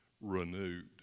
renewed